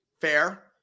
Fair